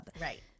Right